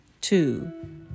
Two